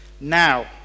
Now